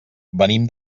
venim